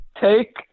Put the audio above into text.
take